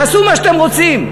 תעשו מה שאתם רוצים.